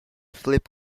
flip